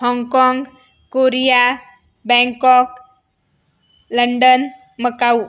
हाँगकाँग Korea Bangkok London Macau